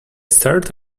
stared